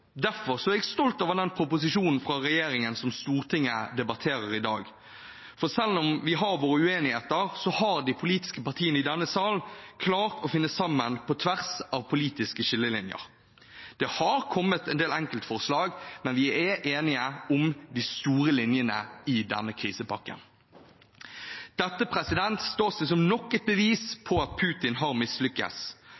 Derfor er jeg stolt over den proposisjonen fra regjeringen som Stortinget debatterer i dag. For selv om vi har våre uenigheter, har de politiske partiene i denne sal klart å finne sammen, på tvers av politiske skillelinjer. Det har kommet en del enkeltforslag, men vi er enige om de store linjene i denne krisepakken. Dette er nok et bevis